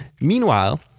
Meanwhile